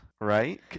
right